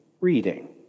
reading